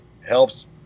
helps